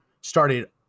started